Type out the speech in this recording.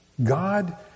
God